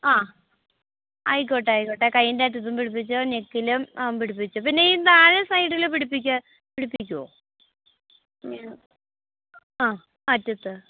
ആ ആയിക്കോട്ടെ ആയിക്കോട്ടെ കൈയിൻ്റെ അറ്റത്തും പിടിപ്പിച്ചോ നെക്കിലും ആ പിടിപ്പിച്ചോ പിന്നെ ഈ താഴെ സൈഡിൽ പിടിപ്പിക്കാൻ പിടിപ്പിക്കുമോ എങ്ങനെയാണ് ആ അറ്റത്ത്